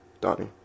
Donnie